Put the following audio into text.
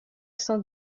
cent